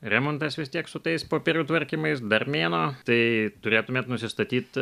remontas vis tiek su tais popierių tvarkymais dar mėnuo tai turėtumėt nusistatyt